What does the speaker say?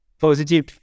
positive